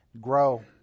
grow